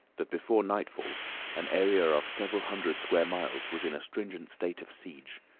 that before nightfall an area of several hundred square miles was in a stringent state of siege.